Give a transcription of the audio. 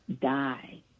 Die